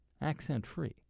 accent-free